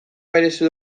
merezi